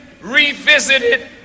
revisited